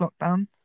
lockdown